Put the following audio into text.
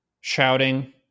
shouting